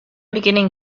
beginning